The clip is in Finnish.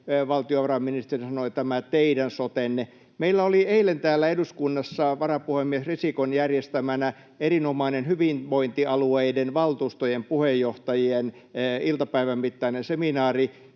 valtiovarainministeri sanoi, että ”tämä teidän sotenne”. Meillä oli eilen täällä eduskunnassa varapuhemies Risikon järjestämänä erinomainen hyvinvointialueiden valtuustojen puheenjohtajien iltapäivän mittainen seminaari.